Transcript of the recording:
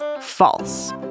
false